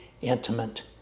intimate